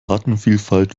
artenvielfalt